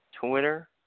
Twitter